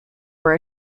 were